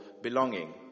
belonging